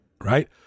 right